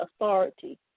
authority